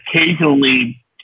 occasionally